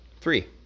Three